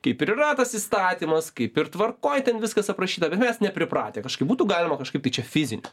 kaip ir yra tas įstatymas kaip ir tvarkoj ten viskas aprašyta bet mes nepripratę kažkaip būtų galima kažkaip tai čia fiziniu